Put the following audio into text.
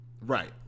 right